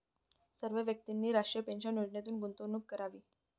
सर्व व्यक्तींनी राष्ट्रीय पेन्शन योजनेत गुंतवणूक करावी